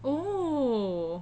oo